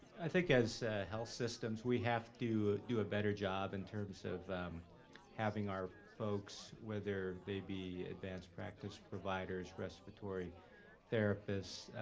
i think as health systems we have to do a better job in terms of having our folks whether they be advanced practice providers, respiratory therapists,